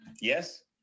yes